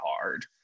hard